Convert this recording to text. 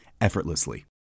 effortlessly